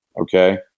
Okay